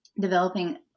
developing